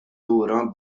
lura